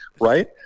right